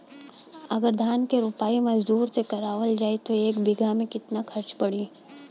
अगर धान क रोपाई मजदूर से करावल जाई त एक बिघा में कितना खर्च पड़ी?